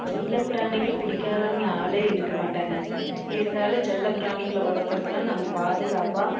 செல்லப்பிராணிகளை பிடிக்காதவுங்க ஆளே இருக்கற மாட்டாங்க இருந்தாலும் செல்லப்பிராணிகளை வளர்த்துறதுன்னா நம்ம பாதுகாப்பாக